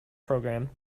program